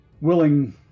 willing